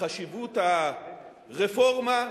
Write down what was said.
בחשיבות הרפורמה,